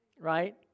right